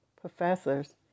professors